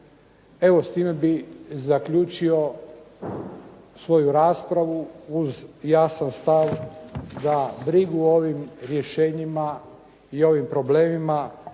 Evo, s time bih zaključio svoju raspravu, uz jasan stav da brigu o ovim rješenjima i ovim problemima